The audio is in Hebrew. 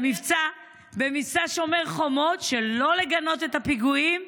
במבצע שומר החומות לא לגנות את הפיגועים